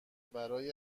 برای